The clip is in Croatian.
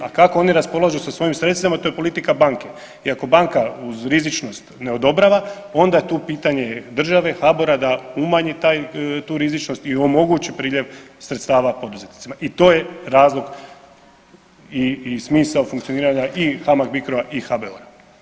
A kako oni raspolažu sa svojim sredstvima to je politika banke i ako banka uz rizičnost ne odobrava onda je tu pitanje države, HBOR-a da umanji tu rizičnost i omogući priljev sredstava poduzetnicima i to je razlog i smisao funkcioniranja i HAMAG-Bicro-a i HBOR-a.